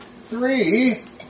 Three